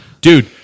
dude